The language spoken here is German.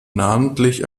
namentlich